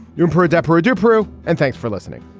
you're for a desperate to prove and thanks for listening